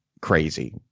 crazy